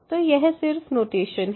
तो यह सिर्फ नोटेशन है